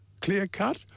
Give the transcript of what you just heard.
clear-cut